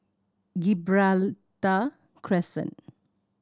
Gibraltar Crescent